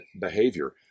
behavior